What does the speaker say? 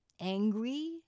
angry